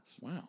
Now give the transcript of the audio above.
Wow